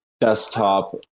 desktop